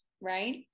right